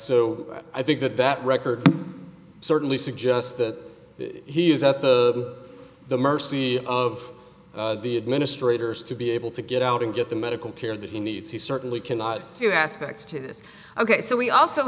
so i think that that record certainly suggests that he is at the the mercy of the administrators to be able to get out and get the medical care that he needs he certainly cannot do aspects to this ok so we also